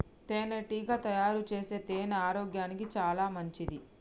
తేనెటీగ తయారుచేసే తేనె ఆరోగ్యానికి చాలా మంచిది